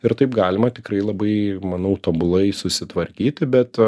ir taip galima tikrai labai manau tobulai susitvarkyti bet